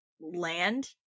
land